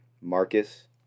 Marcus